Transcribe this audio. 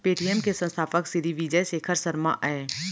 Paytm के संस्थापक सिरी विजय शेखर शर्मा अय